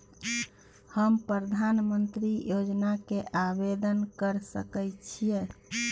हम प्रधानमंत्री योजना के आवेदन कर सके छीये?